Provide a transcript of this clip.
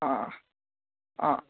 आं आं